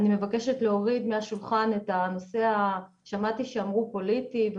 אני מבקשת להוריד מהשולחן את הנושא כמו ששמעתי שאמרו פוליטי או,